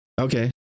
Okay